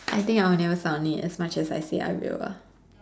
I think I will never sound it as much as I say I will